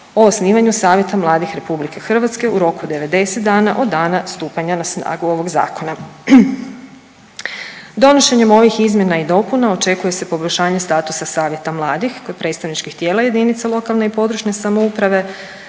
o osnivanju savjeta mladih RH u roku od 90 dana od dana stupanja na snagu ovog Zakona. Donošenjem ovih izmjena i dopuna očekuje se poboljšanje statusa savjeta mladih kod predstavničkih tijela jedinica lokalne i područne samouprave,